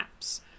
apps